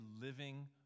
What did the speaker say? living